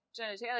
genitalia